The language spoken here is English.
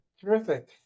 Terrific